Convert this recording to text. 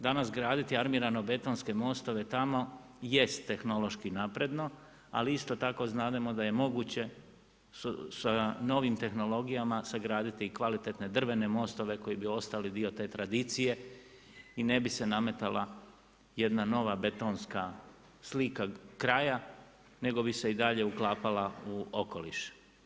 Danas graditi armirano-betonske mostove tamo jest tehnološki napredno, ali isto tako znademo da je moguće sa novim tehnologijama sagraditi i kvalitetne drvene mostove koji bi ostali dio te tradicije i ne bi se nametala jedna nova betonska slika kraja, nego bi se i dalje uklapala u okoliš.